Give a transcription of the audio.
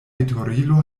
veturilo